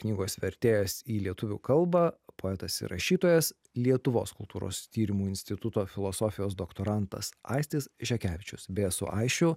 knygos vertėjas į lietuvių kalbą poetas ir rašytojas lietuvos kultūros tyrimų instituto filosofijos doktorantas aistis žekevičius beje su aisčiu